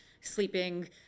sleeping